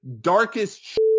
darkest